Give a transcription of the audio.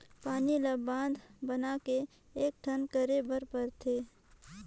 पानी ल बांधा बना के एकटठा करे बर परथे